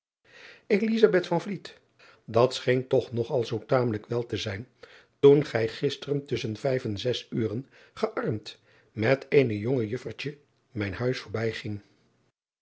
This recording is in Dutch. at scheen toch nog al zoo tamelijk wel te zijn toen gij gister tusschen vijf en zes uren gearmd met een jong juffertje mijn huis